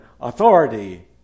authority